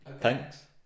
Thanks